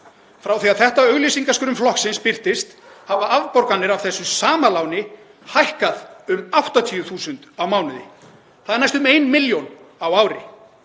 Frá því að þetta auglýsingaskrum flokksins birtist hafa afborganir af þessu sama láni hækkað um 80.000 kr. á mánuði. Það er næstum ein milljón á ári.